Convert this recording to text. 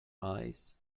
eyes